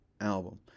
album